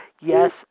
yes